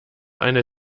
eine